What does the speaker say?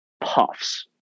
puffs